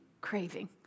craving